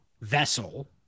vessel